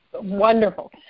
wonderful